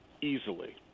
easily